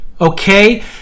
okay